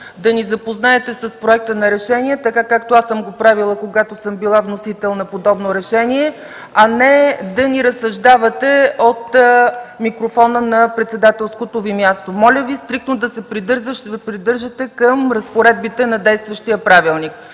да ни запознаете с проекта за решение, така както аз съм го правила, когато съм била вносител на подобно решение, а не да ни разсъждавате от микрофона на председателското Ви място. Моля Ви стриктно да се придържате към разпоредбите на действащия правилник!